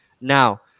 now